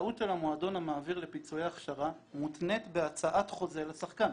הזכאות של המועדון המעביר לפיצויי הכשרה מותנה בהצעת חוזה לשחקן.